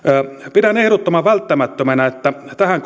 pidän ehdottoman välttämättömänä että tähän